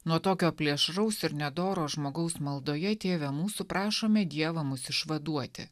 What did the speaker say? nuo tokio plėšraus ir nedoro žmogaus maldoje tėve mūsų prašome dievą mus išvaduoti